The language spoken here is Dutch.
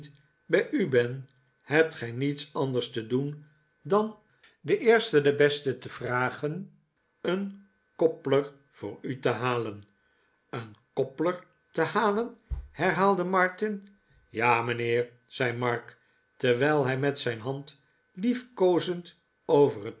bij u ben hebt gij niets anders te doen dan den eersten den besten te vragen een cobbler voor u te halen een cobbler te halen herhaalde martin ja mijnheer zei mark terwijl hij met zijn hand liefkoozend over